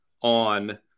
on –